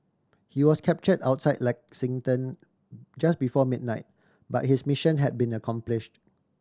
he was capture outside Lexington just before midnight but his mission had been accomplished